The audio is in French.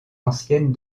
anciennes